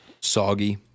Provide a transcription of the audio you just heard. soggy